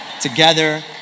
together